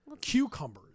Cucumbers